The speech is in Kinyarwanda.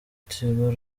tigo